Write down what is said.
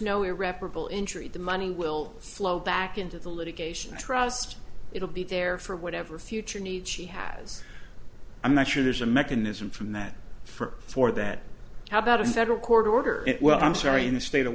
no irreparable injury the money will flow back into the litigation trust it'll be there for whatever future needs she has i'm not sure there's a mechanism from that for for that how about a federal court order well i'm sorry in the state of